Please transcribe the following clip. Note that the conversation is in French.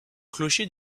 clocher